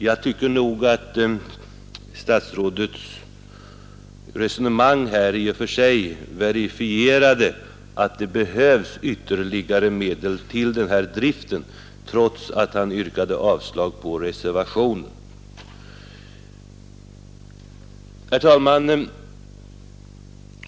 Jag tycker nog att statsrådets resonemang här i och för sig verifierade att det behövs ytterligare medel till denna drift, trots att han yrkade avslag på reservationen. Herr talman!